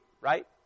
right